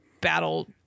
battle